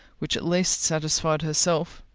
which at least satisfied herself.